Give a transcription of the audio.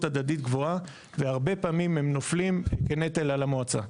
הדדית גבוהה והרבה פעמים הם נופלים כנטל על המועצה.